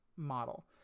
model